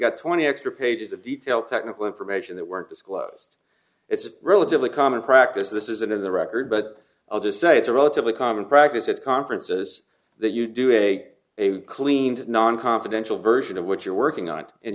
got twenty extra pages of detail technical information that weren't disclosed it's a relatively common practice this isn't in the record but i'll just say it's a relatively common practice at conferences that you do a a cleaned non confidential version of what you're working on